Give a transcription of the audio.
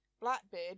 Blackbeard